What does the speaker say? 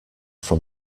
from